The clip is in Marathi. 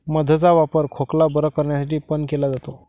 मध चा वापर खोकला बरं करण्यासाठी पण केला जातो